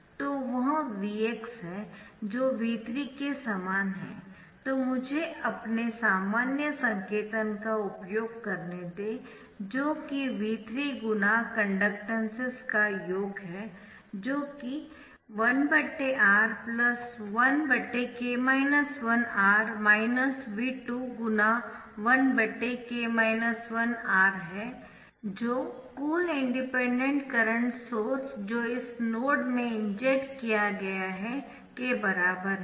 तो वह Vx है जो V3 के समान है तो मुझे अपने सामान्य संकेतन का उपयोग करने दें जो कि V3 × कन्डक्टेन्सेस का योग है जो कि 1 R 1 R V2 1 R है कुल इंडिपेंडेंट करंट सोर्स जो इस नोड में इंजेक्ट किया जा रहा है जो कि 0 है